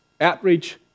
outreach